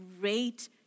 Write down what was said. great